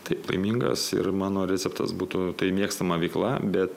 taip laimingas ir mano receptas būtų tai mėgstama veikla bet